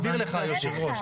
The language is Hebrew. הוא מסביר לך, היושב-ראש.